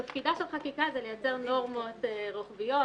תפקידה של חקיקה זה לייצר נורמות רוחביות,